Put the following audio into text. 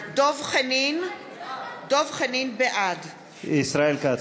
(קוראת בשם חבר הכנסת) דב חנין, בעד ישראל כץ.